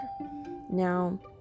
Now